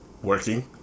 Working